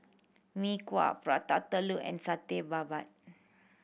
Mee Kuah Prata Telur and Satay Babat